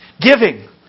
Giving